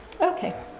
Okay